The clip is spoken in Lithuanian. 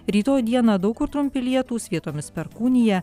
rytoj dieną daug kur trumpi lietūs vietomis perkūnija